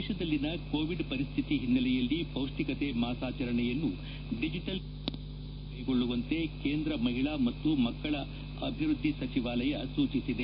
ದೇಶದಲ್ಲಿನ ಕೋವಿಡ್ ಪರಿಸ್ಲಿತಿ ಹಿನ್ನೆಲೆಯಲ್ಲಿ ಪೌಷ್ಣಿಕತೆ ಮಾಸಾಚರಣೆಯನ್ನು ದಿಜಿಟಲ್ ವೇದಿಕೆ ಮೂಲಕ ಕೈಗೊಳ್ಳುವಂತೆ ಕೇಂದ್ರ ಮಹಿಳಾ ಮತ್ತು ಮಕ್ಕಳ ಅಭಿವೃದ್ದಿ ಸಚಿವಾಲಯ ಸೂಚಿಸಿದೆ